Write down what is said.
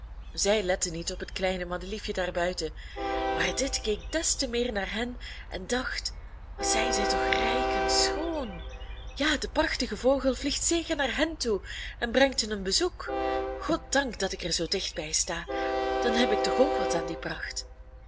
zij letten niet op het kleine madeliefje daar buiten maar dit keek des te meer naar hen en dacht wat zijn zij toch rijk en schoon ja de prachtige vogel vliegt zeker naar hen toe en brengt hun een bezoek goddank dat ik er zoo dicht bij sta dan heb ik toch ook wat aan die pracht